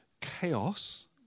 chaos